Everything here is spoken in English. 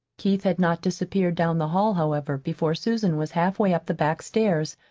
keith had not disappeared down the hall, however, before susan was halfway up the back stairs.